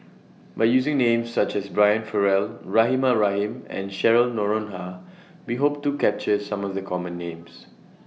By using Names such as Brian Farrell Rahimah Rahim and Cheryl Noronha We Hope to capture Some of The Common Names